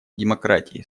демократии